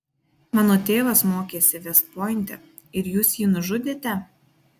mano tėvas mokėsi vest pointe ir jūs jį nužudėte